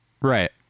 Right